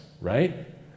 right